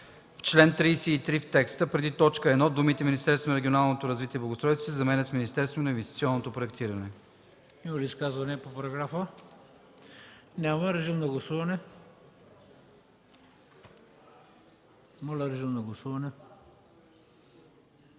чл. 33, в текста преди т. 1 думите „Министерството на регионалното развитие и благоустройството” се заменят с „Министерството на инвестиционното проектиране”.”